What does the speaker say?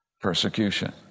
persecution